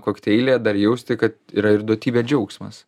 kokteilyje dar jausti kad yra ir duotybė džiaugsmas